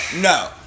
no